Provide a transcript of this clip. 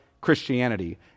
Christianity